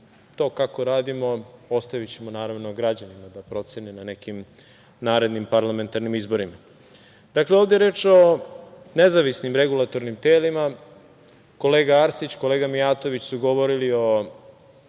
to kako radimo ostavićemo naravno građanima da procene na nekim narednim parlamentarnim izborima. Ovde je reč o nezavisnim regulatornim telima. Kolega Arsić i kolega Mijatović su govorili o